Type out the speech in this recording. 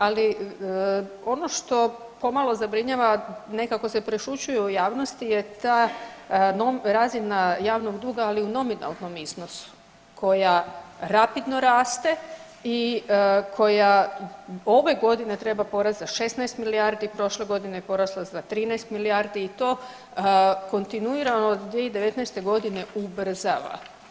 Ali ono što pomalo zabrinjava, nekako se prešućuje u javnosti je ta razina javnog duga ali u nominalnom iznosu koja rapidno raste i koja ove godine treba porasti za 16 milijardi, prošle godine je poraslo za 13 milijardi i to kontinuirano od 2019. godine ubrzava.